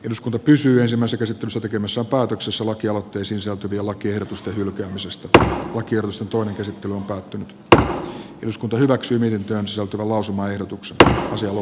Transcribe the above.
eduskunta kysyy ensimmäiseksi tekemässä päätöksessä lakialoite sisältäviä lakiehdotusten hylkäämisestä nyt voidaan hyväksyä tai hylätä lakiehdotukset joiden sisällöstä päätettiin ensimmäisessä käsittelyssä